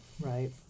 Right